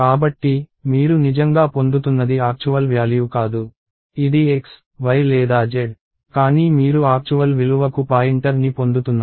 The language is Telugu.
కాబట్టి మీరు నిజంగా పొందుతున్నది ఆక్చువల్ వ్యాల్యూ కాదు ఇది X Y లేదా Z కానీ మీరు ఆక్చువల్ విలువ కు పాయింటర్ని పొందుతున్నారు